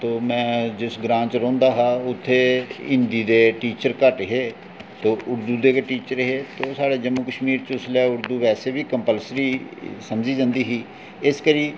ते में जिस ग्रांऽ रौंह्दा हा उत्थै हिंदी दे टीचर घट्ट हे ते उर्दू दे गै टीचर हे ते ओह् साढ़े जम्मू कश्मीर च उसलै उर्दू वेसै बी कम्पलसरी ही समझी जंंदी ही इस करी